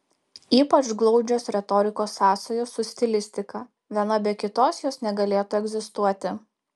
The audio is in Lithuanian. ypač glaudžios retorikos sąsajos su stilistika viena be kitos jos negalėtų egzistuoti